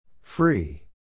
Free